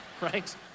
Right